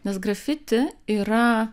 nes grafiti yra